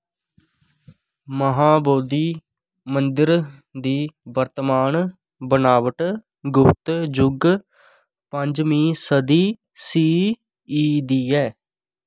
महाबोधि मंदर दी वर्तमान बनावट गुप्त जुग पंजमीं सदी सी ई दी ऐ